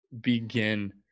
begin